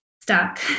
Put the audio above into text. stuck